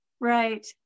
right